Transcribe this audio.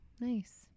Nice